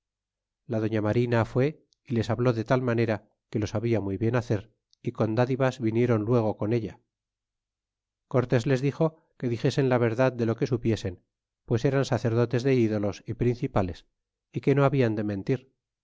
la doña marina fue y les hable de tal manera que lo sabia muy bien hacer y con ddivas vinieron luego con ella y cortés les dixo que dixesen la verdad de lo que supiesen pues eran sacerdotes de ídolos é principales que no habían de mentir